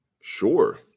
Sure